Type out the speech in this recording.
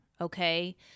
Okay